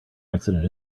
accident